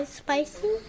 spicy